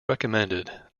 recommended